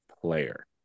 player